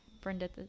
brenda